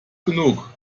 genug